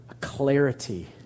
clarity